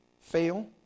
fail